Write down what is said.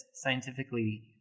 scientifically